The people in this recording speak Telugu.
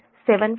756 p